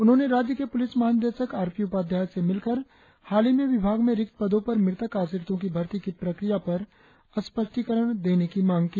उन्होंने राज्य के पुलिस महानिदेशक आर पी उपाध्याय से मिलकर हाल ही में विभाग में रिक्त पदों पर मृतक आश्रितों की भर्ती की प्रक्रिया पर स्पष्टीकरण की मांग की